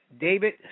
David